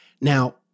Now